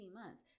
months